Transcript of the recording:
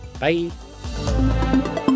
bye